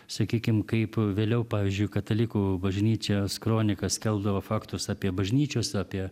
sakykim kaip vėliau pavyzdžiui katalikų bažnyčios kronika skelbdavo faktus apie bažnyčios apie